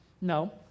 No